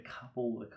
couple